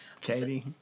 Katie